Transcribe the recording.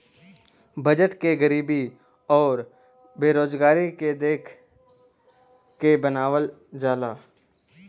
budget के गरीबी आउर बेरोजगारी के देख के बनावल जाला